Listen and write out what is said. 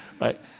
Right